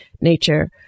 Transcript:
nature